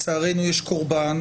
לצערנו יש קרבן,